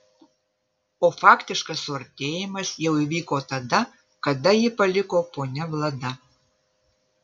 o faktiškas suartėjimas jau įvyko tada kada jį paliko ponia vlada